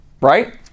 Right